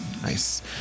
Nice